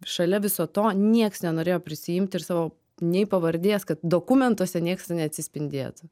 šalia viso to nieks nenorėjo prisiimti ir savo nei pavardės kad dokumentuose nieks neatsispindėtų